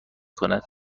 کند